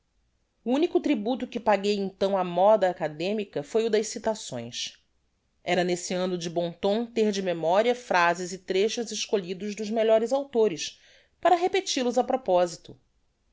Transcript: o unico tributo que paguei então á moda academica foi o das citações era nesse anno de bom tom ter de memoria phrases e trechos escolhidos dos melhores authores para repetil os á proposito